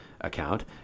account